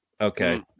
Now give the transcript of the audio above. okay